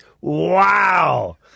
wow